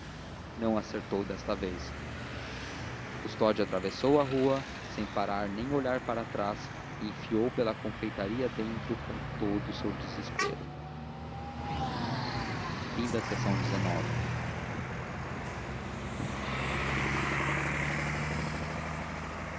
não acertou desta vez custódio atravessou a rua sem parar nem olhar para trás e enfiou pela confeitaria dentro com todo o seu desespero lxiv